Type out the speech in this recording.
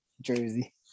jersey